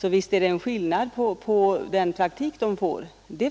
Det föreligger alltså definitivt en skillnad vad gäller praktiktjänstgöringen.